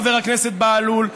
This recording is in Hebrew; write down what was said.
חבר הכנסת בהלול,